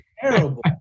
terrible